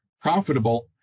profitable